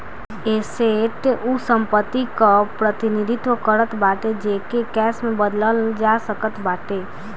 asset उ संपत्ति कअ प्रतिनिधित्व करत बाटे जेके कैश में बदलल जा सकत बाटे